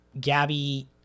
Gabby